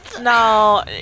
No